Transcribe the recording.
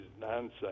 nonsense